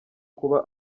kuba